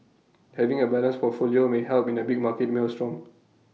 having A balanced portfolio may help in A big market maelstrom